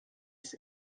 ist